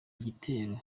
igitero